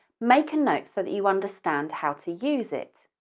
make a note so that you understand how to use it.